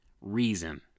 reason